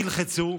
תלחצו,